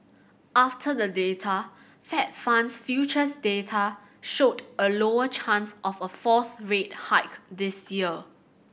after the data Fed funds futures data showed a lower chance of a fourth rate hike this year